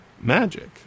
magic